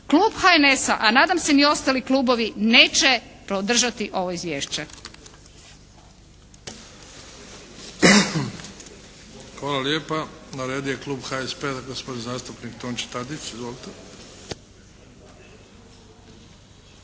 klub HNS-a, a nadam se ni ostali klubovi neće podržati ovo izvješće. **Bebić, Luka (HDZ)** Hvala lijepa. Na redu je klub HSP-a, gospodin zastupnik Tonči Tadić. Izvolite.